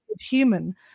human